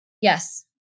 Yes